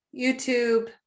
YouTube